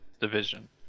Division